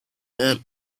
and